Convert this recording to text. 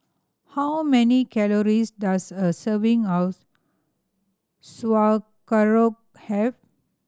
how many calories does a serving of Sauerkraut have